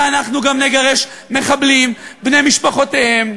ואנחנו גם נגרש מחבלים ובני משפחותיהם,